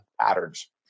patterns